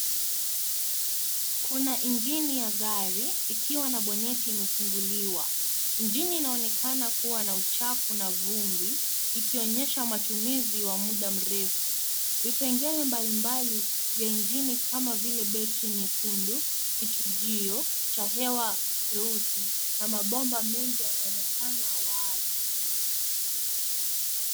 Kuna injini ya gari ikiwa na bonnet imefunguliwa. Injini inaonekana kuwa na uchafu na vumbi, ikionyesha matumizi ya muda mrefu. Vipengele mbalimbali vya injini kama vile battery nyekundu, kichujio cha hewa cheusi, na mabomba mengi yanaonekana wazi.